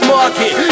Market